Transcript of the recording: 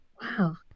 wow